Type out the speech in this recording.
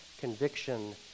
Conviction